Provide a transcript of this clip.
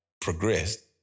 progressed